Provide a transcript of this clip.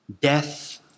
death